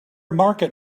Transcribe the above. market